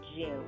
June